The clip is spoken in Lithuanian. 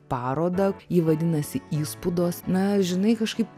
parodą ji vadinasi įspūdos na žinai kažkaip